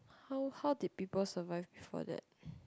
how how did people survive before that